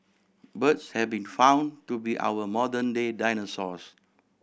birds have been found to be our modern day dinosaurs